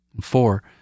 Four